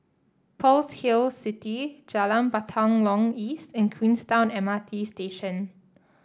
Pearl's Hill City Jalan Batalong East and Queenstown M R T Station